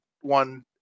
One